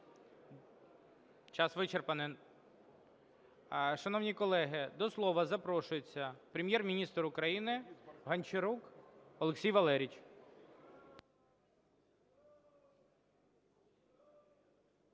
час вичерпаний. Шановні колеги, до слова запрошується Прем'єр-міністр України Гончарук Олексій Валерійович.